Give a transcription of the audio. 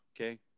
Okay